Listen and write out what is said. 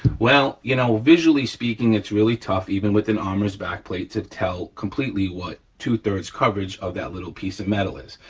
well, you know, visually speaking, it's really tough, even with an armorer's backplate, to tell completely what two three coverage of that little piece of metal is,